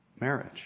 Marriage